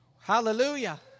Hallelujah